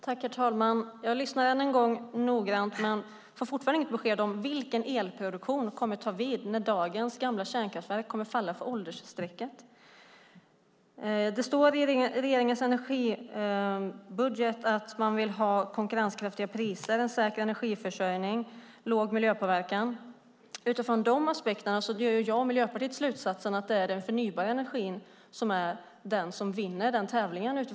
Herr talman! Jag lyssnade noggrant men fick fortfarande inget besked om vilken elproduktion som kommer att ta vid när dagens gamla kärnkraftverk faller för åldersstrecket. Det står i regeringens energibudget att man vill ha konkurrenskraftiga priser, en säker energiförsörjning och låg miljöpåverkan. Utifrån de kriterierna drar jag och Miljöpartiet slutsatsen att det är den förnybara energin som vinner tävlingen.